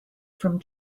from